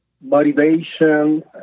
motivation